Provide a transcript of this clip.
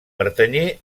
pertanyé